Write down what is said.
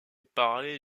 parlé